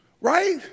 right